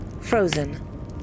Frozen